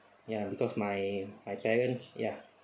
ya because my my parents ya